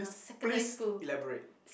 please elaborate